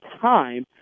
time